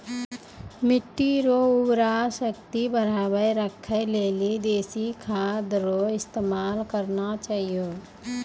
मिट्टी रो उर्वरा शक्ति बढ़ाएं राखै लेली देशी खाद रो इस्तेमाल करना चाहियो